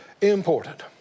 important